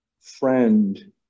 friend